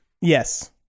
Yes